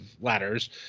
ladders